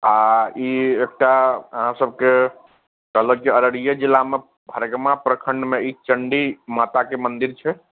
आओर ई एकटा अहाँ सभकेँ कहलक जे अररिये जिलामे भरगमा प्रखण्डमे ई चण्डी माताके मन्दिर छै